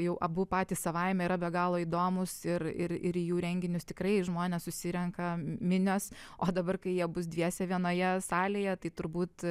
jau abu patys savaime yra be galo įdomūs ir ir ir į jų renginius tikrai žmonės susirenka minios o dabar kai jie bus dviese vienoje salėje tai turbūt